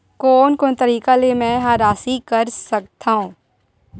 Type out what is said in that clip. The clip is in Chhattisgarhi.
कोन कोन तरीका ले मै ह राशि कर सकथव?